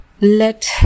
let